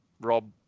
Rob